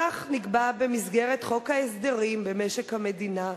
כך נקבע במסגרת חוק ההסדרים במשק המדינה.